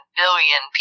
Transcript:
billion